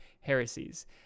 heresies